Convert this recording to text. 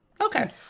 Okay